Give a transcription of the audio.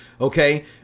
okay